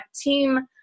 team